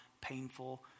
painful